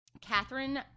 Catherine